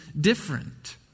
different